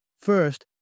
First